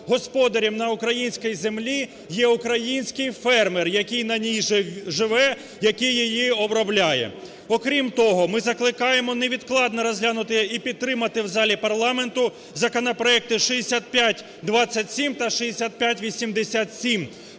господарям на українській землі є український фермер, якій на ній живе, який її обробляє. Окрім того, ми закликаємо невідкладно розглянути і підтримати в залі парламенту законопроекти 6527 та 6587